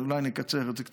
אולי אקצר את זה קצת.